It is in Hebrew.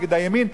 נגד הימין,